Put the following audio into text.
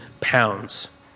pounds